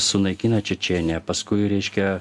sunaikina čečėniją paskui reiškia